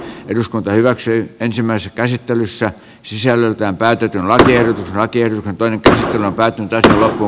eduskunta hyväksyy ensimmäistä käsittelyssä sisällöltään täytyy tilata tiedot hakijoilta perintönä päätäntö on